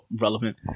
relevant